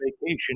vacation